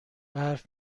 برف